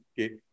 Okay